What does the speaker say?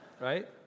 Right